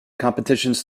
competitions